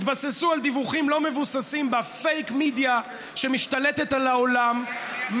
התבססו על דיווחים לא מבוססים בפייק-מדיה שמשתלטת על העולם,